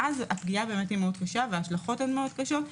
ואז הפגיעה מאוד קשה וההשלכות מאוד קשות,